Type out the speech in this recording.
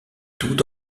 tout